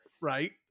right